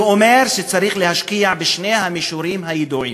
זה אומר שצריך להשקיע בשני המישורים הידועים: